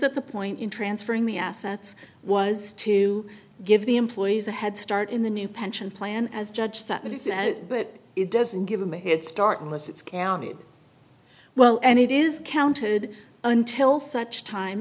that the point in transferring the assets was to give the employees a head start in the new pension plan as judge that is but it doesn't give them a headstart unless it's counted well and it is counted until such time